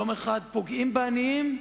יום אחד פוגעים בעניים,